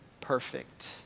perfect